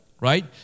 right